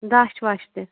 دَچھ وَچھ تہِ